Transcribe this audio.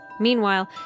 Meanwhile